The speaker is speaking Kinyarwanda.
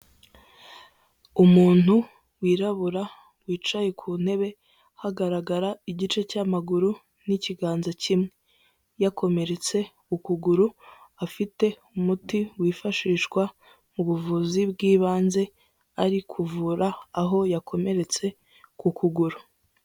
Umuntu wirabura wicaye ku ntebe hagaragara igice cy'amaguru n'ikiganza kimwe, yakomeretse ukuguru, afite umuti wifashishwa mu buvuzi bw'ibanze, ari kuvura aho yakomeretse ku kuguru.